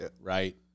right